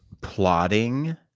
plotting